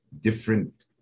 different